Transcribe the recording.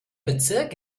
bezirk